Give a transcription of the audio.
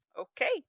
Okay